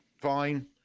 Fine